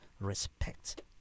respect